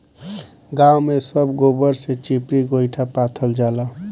गांव में सब गोबर से चिपरी गोइठा पाथल जाला